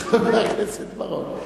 חבר הכנסת בר-און.